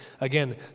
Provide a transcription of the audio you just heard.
Again